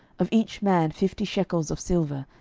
of each man fifty shekels of silver,